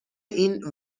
این